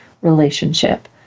relationship